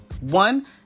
One